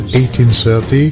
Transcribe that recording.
1830